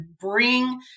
bring